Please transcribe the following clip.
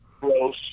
gross